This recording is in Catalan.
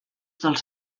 dels